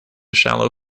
shallow